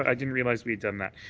i didn't realize we did that.